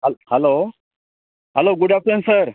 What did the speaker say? hello hello good afternoon sir